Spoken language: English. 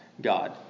God